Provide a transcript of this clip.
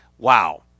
Wow